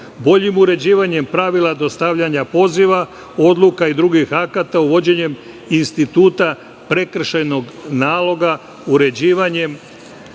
boljim uređivanjem pravila dostavljanja poziva odluka i drugih akata, uvođenjem instituta prekršajnog naloga, uređivanjem